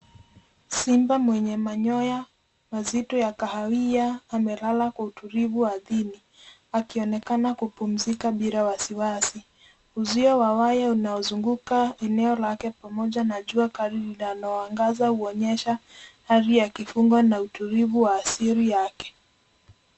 Simba mwenye manyoya mazito ya kahawia amelala kwa utulivu ardhini akionekana kupumzika bila wasiwasi. Uzio wa waya unaozunguka eneo lake pamoja na jua kali linaloangaza huonyesha ari ya kifungo na utulivu wa asili yake.